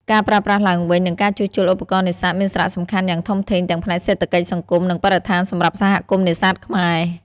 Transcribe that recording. ការប្រើប្រាស់ឡើងវិញ និងការជួសជុលឧបករណ៍នេសាទមានសារៈសំខាន់យ៉ាងធំធេងទាំងផ្នែកសេដ្ឋកិច្ច សង្គម និងបរិស្ថានសម្រាប់សហគមន៍នេសាទខ្មែរ។